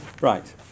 Right